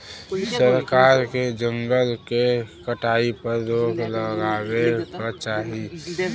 सरकार के जंगल के कटाई पर रोक लगावे क चाही